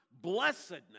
blessedness